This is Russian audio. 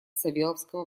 савеловского